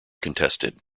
contested